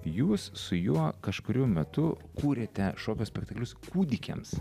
jūs su juo kažkuriuo metu kūrėte šokio spektaklius kūdikiams